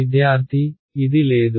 విద్యార్థి ఇది లేదు